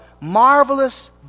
marvelous